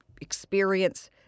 experience